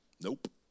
Nope